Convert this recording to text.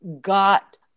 got